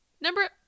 Number